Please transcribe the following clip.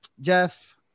jeff